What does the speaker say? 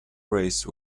race